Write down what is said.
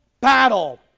battle